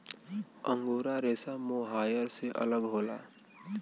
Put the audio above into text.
angora रेसा mohair से अलग होला